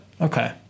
Okay